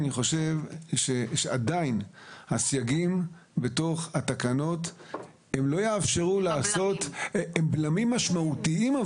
אני חושב שעדיין הסייגים בתוך התקנות הם בלמים משמעותיים.